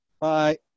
Bye